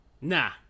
Nah